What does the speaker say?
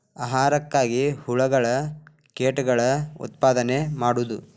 ಆಹಾರಕ್ಕಾಗಿ ಹುಳುಗಳ ಕೇಟಗಳ ಉತ್ಪಾದನೆ ಮಾಡುದು